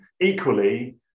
Equally